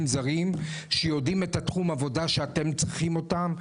זרים שיודעים את תחום העבודה שבו אתם צריכים אותם,